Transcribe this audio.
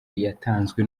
yatanzwe